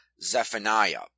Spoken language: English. Zephaniah